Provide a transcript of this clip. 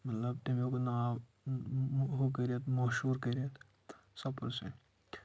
مطلب تمیُک ناو ہُہ کٔرِتھ مہشوٗر کٔرِتھ سپورٹ سۭتۍ